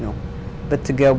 you know but to go